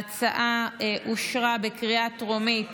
ההצעה אושרה בקריאה טרומית